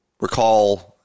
recall